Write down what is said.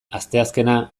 asteazkena